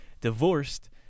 divorced